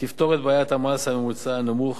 תפתור את בעיית המס הממוצע הנמוך,